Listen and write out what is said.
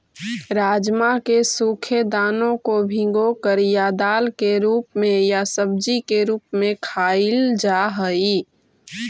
राजमा के सूखे दानों को भिगोकर या दाल के रूप में या सब्जी के रूप में खाईल जा हई